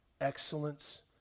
excellence